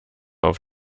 auf